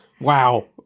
Wow